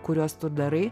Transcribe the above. kuriuos tu darai